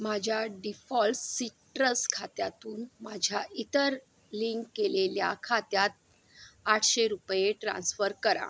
माझ्या default citrus खात्यातून माझ्या इतर लिंक केलेल्या खात्यात आठशे रुपये ट्रान्स्फर करा